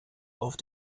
auf